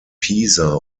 pisa